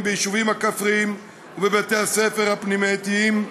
בישובים הכפריים ובבתי ספר הפנימייתיים,